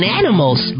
animals